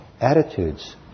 attitudes